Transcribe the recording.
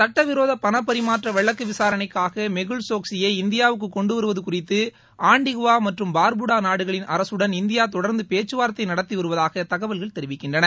சுட்டவிரோத பணபரிமாற்ற வழக்கு விசாரணைக்காக மெகுல் சோக்ஷியை இந்தியாவுக்கு கொண்டுவருவது குறித்து ஆண்டிகுவா மற்றும் பர்குடா நாடுகளின் அரசுடன் இந்தியா தொடர்ந்து பேச்சுவார்த்ரைத நடத்தி வருவதாக தகவல்கள் தெரிவிக்கின்றன